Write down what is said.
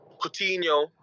Coutinho